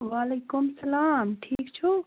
وعلیکُم سلام ٹھیٖک چھُو